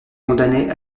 condamnait